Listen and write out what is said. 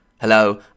Hello